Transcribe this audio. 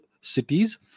cities